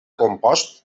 compost